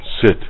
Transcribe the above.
sit